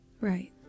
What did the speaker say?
Right